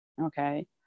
Okay